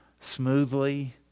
smoothly